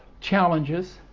challenges